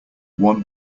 one